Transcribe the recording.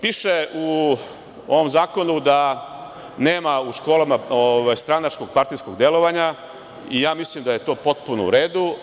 Piše u ovom zakonu da nema u školama stranačkog partijskog delovanja i ja mislim da je to potpuno u redu.